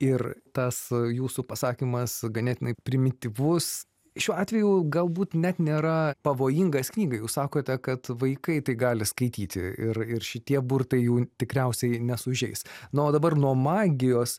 ir tas jūsų pasakymas ganėtinai primityvus šiuo atveju galbūt net nėra pavojingas knygai jūs sakote kad vaikai tai gali skaityti ir ir šitie burtai jų tikriausiai nesužeis na o dabar nuo magijos